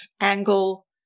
angle